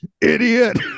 idiot